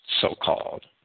so-called